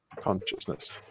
consciousness